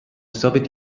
soviet